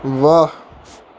ਵਾਹ